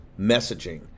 messaging